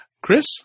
Chris